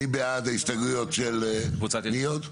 מי בעד קבלת ההסתייגויות של קבוצת יש עתיד,